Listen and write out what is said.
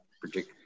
particular